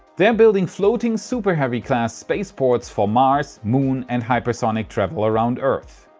they're building floating superheavy-class spaceports for mars, moon, and hypersonic travel around earth.